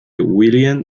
william